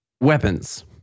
weapons